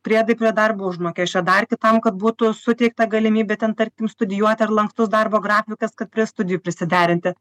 priedai prie darbo užmokesčio dar kitam kad būtų suteikta galimybė ten tarkim studijuoti ar lankstus darbo grafikas kad prie studijų prisiderinti